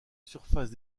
surface